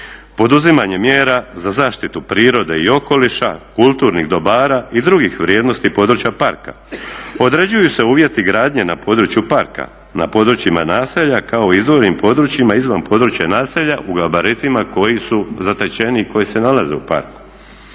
poduzimanjem mjera za zaštitu prirode i okoliša, kulturnih dobara i drugih vrijednosti područja parka. Određuju se uvjeti gradnje na području parka, na područjima naselja kao i izvornim područjima izvan područja naselja u gabaritima koji su zatečeni i koji se nalaze u parku.